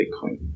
Bitcoin